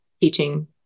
teaching